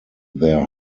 their